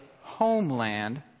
homeland